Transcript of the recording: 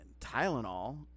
Tylenol